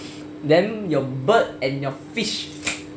then your bird and your fish